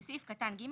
" בסעיף קטן (ג),